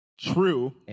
true